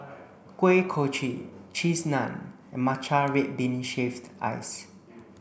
Kuih Kochi cheese naan and matcha red bean shaved ice